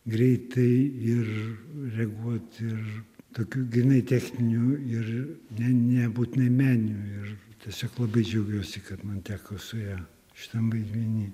greitai ir reaguot ir tokių grynai techninių ir ne nebūtinai meninių ir tiesiog labai džiaugiuosi kad man teko su ja šitam vaidmeny